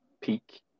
peak